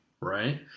right